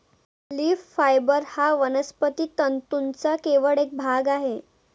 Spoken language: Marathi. लीफ फायबर हा वनस्पती तंतूंचा केवळ एक भाग आहे